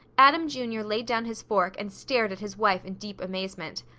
adam, jr, laid down his fork and stared at his wife in deep amazement.